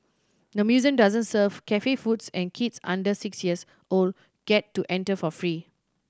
the museum doesn't serve cafe foods and kids under six years old get to enter for free